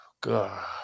God